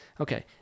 Okay